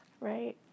right